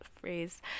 phrase